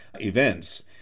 events